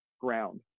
ground